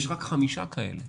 ויש רק חמישה כאלה.